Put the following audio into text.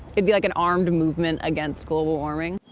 it'd be like, an armed movement against global warming.